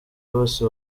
bose